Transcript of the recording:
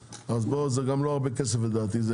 זה גם לא הרבה כסף לדעתי.